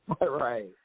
Right